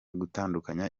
gutandukanya